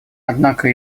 однако